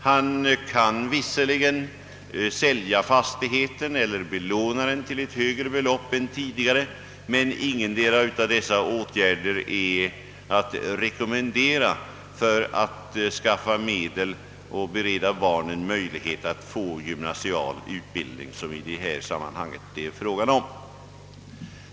Han kan visserligen sälja fastigheten eller belåna den till ett högre belopp än tidigare, men ingen av dessa åtgärder är att rekommendera för att skaffa medel till att bereda barnen möjlighet att få gymnasial utbildning, som det i detta sammanhang är fråga om.